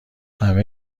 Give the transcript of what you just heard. همه